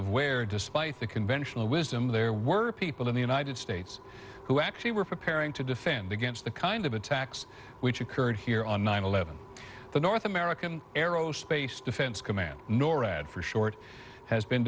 of where despite the conventional wisdom there were people in the united states who actually were preparing to defend against the kind of attacks which occurred here on nine eleven the north american aerospace defense command norad for short has been